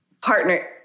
partner